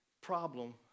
problem